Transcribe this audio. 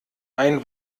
ein